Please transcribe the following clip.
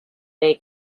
they